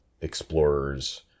explorers